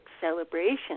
celebration